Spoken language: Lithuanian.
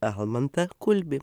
almantą kulbį